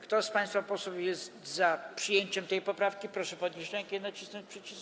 Kto z państwa posłów jest za przyjęciem tej poprawki, proszę podnieść rękę i nacisnąć przycisk.